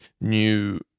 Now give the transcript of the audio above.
new